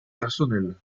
personnels